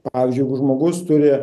pavyzdžiui jeigu žmogus turi